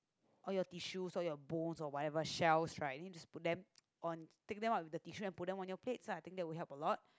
all your tissues all your bones or whatever shells right you need to just put them on take them out with a tissue and put them on your plates lah I think that would help a lot